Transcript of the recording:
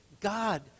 God